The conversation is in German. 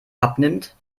abnimmt